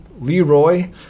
Leroy